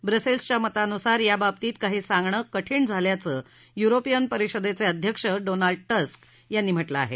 ब्रसेल्सच्या मतानुसार याबाबतीत काही सांगणं कठीण झाल्याचं युरोपियन परिषदेचे अध्यक्ष डोनाल्ड टस्क यांनी म्हटलं आहे